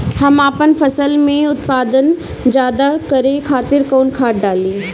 हम आपन फसल में उत्पादन ज्यदा करे खातिर कौन खाद डाली?